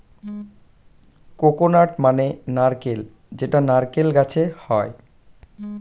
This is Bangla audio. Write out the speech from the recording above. কোকোনাট মানে নারকেল যেটা নারকেল গাছে হয়